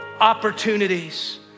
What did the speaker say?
opportunities